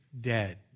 dead